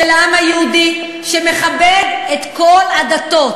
בירתו של העם היהודי, שמכבד את כל הדתות,